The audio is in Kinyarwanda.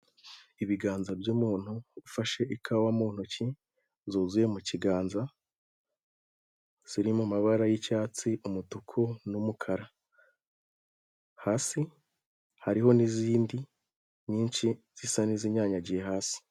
Ibiganza by'umuntu ufashe ikawa mu ntoki zuzuye mu kiganza, ziri mu mabara y'icyatsi umutuku n'umukara hasi hariho n'izindi nyinshi zisa n'izinyanyagiye hasi.